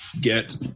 get